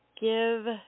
give